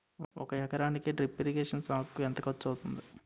ఒక ఎకరానికి drip irrigation సాగుకు ఎంత ఖర్చు అవుతుంది?